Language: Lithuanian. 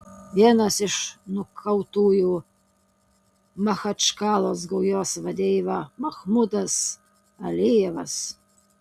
vienas iš nukautųjų machačkalos gaujos vadeiva mahmudas alijevas